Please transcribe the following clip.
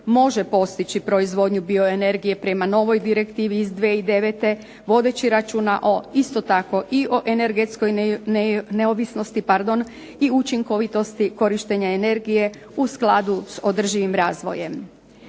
može postići proizvodnju bioeneregije prema novoj direktivi iz 2009. vodeći račina o isto tako o energetskoj neovisnosti i učinkovitosti korištenja energije u skladu s održivim razvojem.